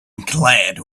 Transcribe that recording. glad